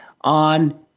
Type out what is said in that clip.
on